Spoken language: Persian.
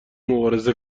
مبارزه